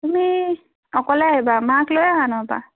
তুমি অকলে আহিবা মাক লৈ আহা নহবা